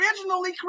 originally